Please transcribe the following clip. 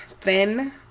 thin